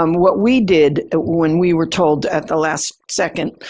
um what we did ah when we were told at the last second,